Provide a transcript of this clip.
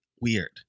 weird